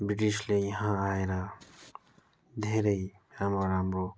ब्रिटिसले यहाँ आएर धैरै राम्रो राम्रो